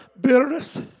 Bitterness